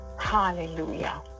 hallelujah